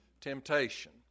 temptation